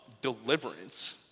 deliverance